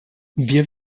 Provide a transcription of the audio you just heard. wir